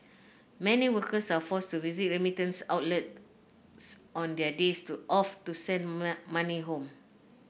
many workers are forced to visit remittance outlets on their days off to send money home